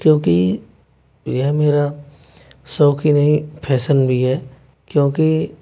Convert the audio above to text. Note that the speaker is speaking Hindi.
क्योंकि ये मेरा शौक़ ही नहीं फेसन भी है क्योंकि